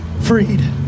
freed